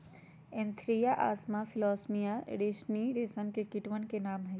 Antheraea असामा फिलोसामिया रिसिनी रेशम के कीटवन के नाम हई